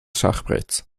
schachbretts